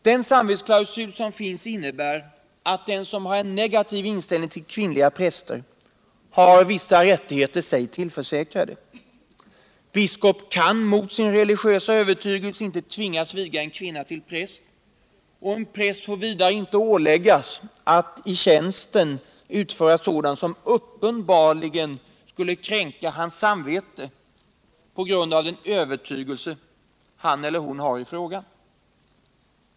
Den samvetsklausul som finns innebär att de som har en negativ inställning till kvinnliga präster har vissa rättigheter sig ullförsäkrade. Biskop kan mot sin religiösa övertygelse inte tvingas viga en kvinna tull präst. och en präst får inte åläggas att i tjänsten utföra sådant som uppenbarligen skulle kränka hans samvete på grund av den övertygelse han eHer hon har i frågan.